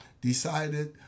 decided